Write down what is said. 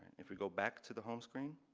if we go back to the home screen,